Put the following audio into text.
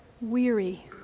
weary